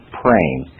praying